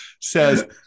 says